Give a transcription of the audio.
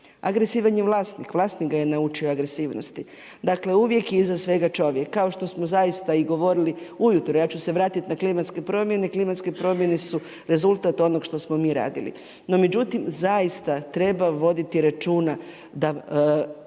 agresivan je vlasnik, vlasnik ga je naučio agresivnosti. Dakle uvijek je iza svega čovjek. Kao što smo zaista i govorili ujutro, ja ću se vratiti na klimatske promjene, klimatske promjene su rezultat onoga što smo mi radili. No međutim, zaista treba voditi računa da